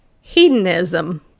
hedonism